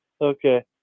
Okay